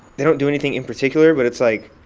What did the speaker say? they don't do anything in particular. but it's like,